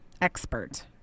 expert